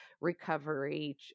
recovery